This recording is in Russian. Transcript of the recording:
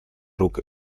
рук